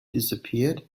disappeared